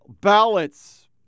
ballots